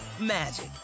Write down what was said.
magic